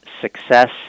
success